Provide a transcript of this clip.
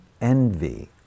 Envy